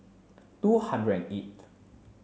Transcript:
two hundred and eighth